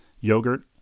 yogurt